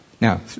Now